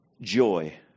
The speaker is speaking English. joy